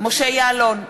משה יעלון,